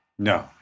No